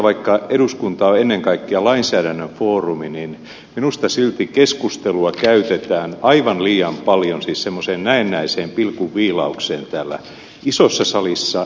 vaikka eduskunta on ennen kaikkea lainsäädännön foorumi minusta silti keskustelua käytetään aivan liian paljon semmoiseen näennäiseen pilkunviilaukseen täällä isossa salissa